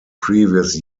previous